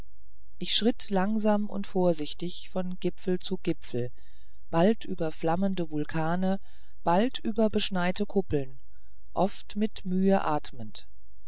ich schritt langsam und vorsichtig von gipfel zu gipfel bald über flammende vulkane bald über beschneite kuppeln oft mit mühe atmend